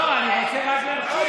לא, אני רוצה רק להמשיך.